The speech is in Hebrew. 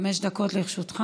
חמש דקות לרשותך.